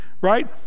Right